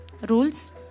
rules